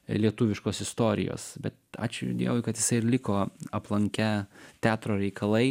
lietuviškos istorijos bet ačiū dievui kad jisai ir liko aplanke teatro reikalai